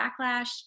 backlash